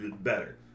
better